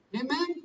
Amen